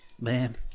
Man